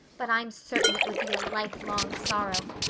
but i'm certain it would be a lifelong sorrow.